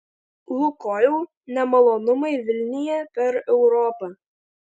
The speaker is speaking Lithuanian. lukoil nemalonumai vilnija per europą